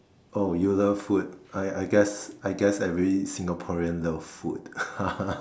oh you love food I I guess I guess every Singaporean love food